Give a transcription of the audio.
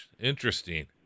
interesting